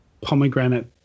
pomegranate